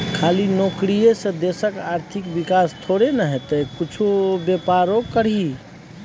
खाली नौकरीये से देशक आर्थिक विकास थोड़े न हेतै किछु बेपारो करही